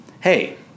Hey